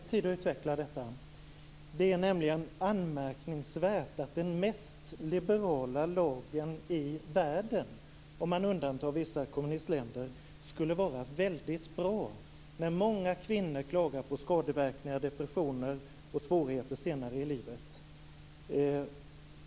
Fru talman! Jag skall gärna ge Inger Segelström mer tid att utveckla detta. Det är nämligen anmärkningsvärt att den mest liberala lagen i världen, om man undantar vissa kommunistländer, skulle vara väldigt bra. Många kvinnor klagar på skadeverkningar, depressioner och svårigheter senare i livet.